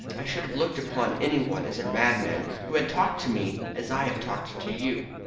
i should have looked upon anyone as a madman who had talked to me as i have talked to you.